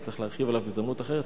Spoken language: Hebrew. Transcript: אצטרך להרחיב על כך בהזדמנות אחרת,